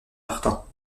martin